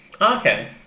Okay